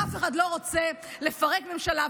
אף אחד לא רוצה לפרק ממשלה,